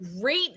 great